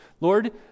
Lord